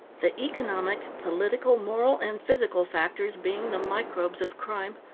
the economic, political, moral, and physical factors being the microbes of crime,